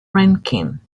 rankin